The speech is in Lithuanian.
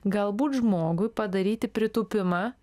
galbūt žmogui padaryti pritūpimą